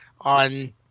on –